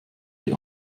die